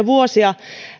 vuosia